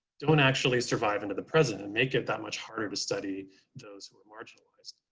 don't actually survive into the present and make it that much harder to study those who are marginalized.